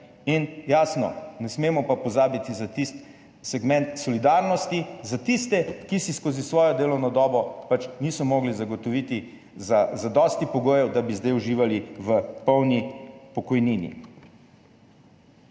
in jasno, ne smemo pa pozabiti na tisti segment solidarnosti, za tiste, ki si skozi svojo delovno dobo pač niso mogli zagotoviti zadosti pogojev, da bi zdaj uživali v polni pokojnini.